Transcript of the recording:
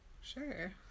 sure